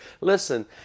Listen